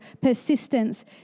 persistence